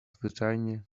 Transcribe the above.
zwyczajne